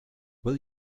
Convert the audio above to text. will